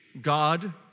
God